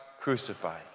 crucified